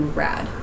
rad